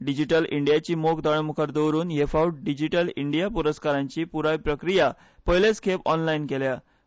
डिजीटल इंडियाची मोख दोळ्यां मुखार दवरून हे फावट डिजीटल इंडिया पुरस्कारांची पुराय प्रक्रिया हे फावट पयलेच खेपे ऑनलायन केल्यो